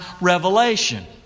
revelation